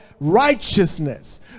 righteousness